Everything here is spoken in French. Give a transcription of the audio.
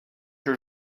que